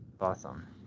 Awesome